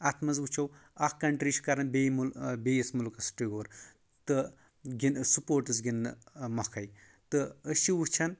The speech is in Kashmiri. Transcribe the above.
اتھ منٛز وٕچھو اکھ کنٹری چھِ کَران بیٚیہِ بیٚیِس مُلکَس ٹیوٗر تہٕ سپوٹس گندنہٕ مۄکھٕے تہٕ أسۍ چھِ وٕچھان